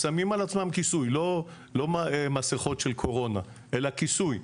לא מסכות של קורונה, אלא כיסוי,